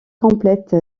complète